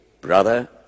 Brother